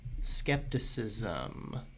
skepticism